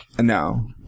No